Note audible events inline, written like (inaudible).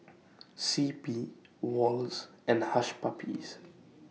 (noise) C P (noise) Wall's and Hush Puppies